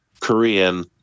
Korean